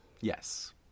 Yes